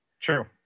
True